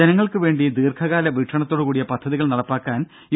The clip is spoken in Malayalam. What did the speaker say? ജനങ്ങൾക്കു വേണ്ടി ദീർഘകാല വീക്ഷണത്തോടു കൂടിയ പദ്ധതികൾ നടപ്പിലാക്കാൻ യു